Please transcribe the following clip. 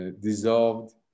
dissolved